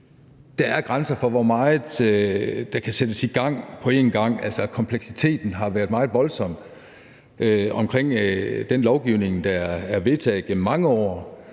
der er grænser for, hvor meget der kan sættes i gang på én gang; altså, kompleksiteten har været meget voldsom i forhold til den lovgivning, der er vedtaget gennem mange år,